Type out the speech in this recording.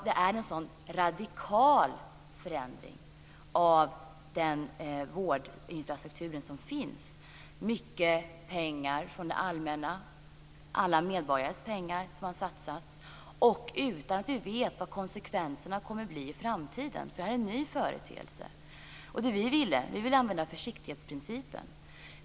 Det är en så radikal förändring av den vårdinfrastruktur som finns - mycket pengar från det allmänna, alla medborgares pengar som har satsats, och utan att vi vet vad konsekvenserna kommer att bli i framtiden. Detta är ju en ny företeelse. Och det som vi ville var att använda försiktighetsprincipen.